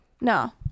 No